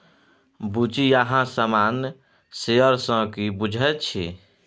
बुच्ची अहाँ सामान्य शेयर सँ की बुझैत छी?